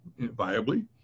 viably